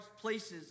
places